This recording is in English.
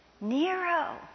Nero